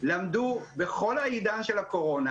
למדו בכל העידן של הקורונה,